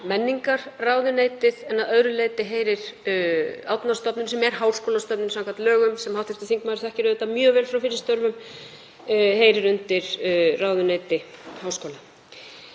menningarráðuneytið, en að öðru leyti heyrir Árnastofnun, sem er háskólastofnun samkvæmt lögum sem hv. þingmaður þekkir auðvitað mjög vel frá fyrri störfum, undir ráðuneyti háskóla.